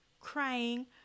crying